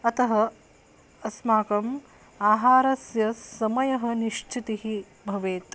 अतः अस्माकम् आहारस्य समयः निश्चितिः भवेत्